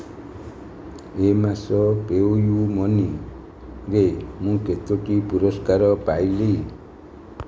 ଏ ମାସ ପେୟୁ ମନିରେ ମୁଁ କେତୋଟି ପୁରସ୍କାର ପାଇଲି